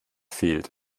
fehlt